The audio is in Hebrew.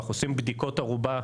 עושים בדיקות ארובה,